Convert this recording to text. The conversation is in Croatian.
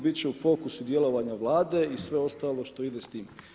Bit će u fokusu djelovanja Vlade i sve ostalo što ide s tim.